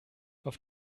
auf